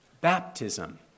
baptism